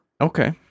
Okay